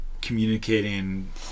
communicating